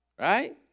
Right